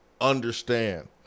understand